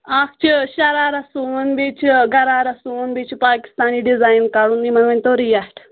اکھ چھُ شرارہ سُوُن بیٚیہِ چُھ گرارہ سُوُن بیٚیہِ چُھ پاکستانی ڈزاین کَڑُن یمن ؤنۍ تو ریٹ